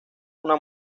una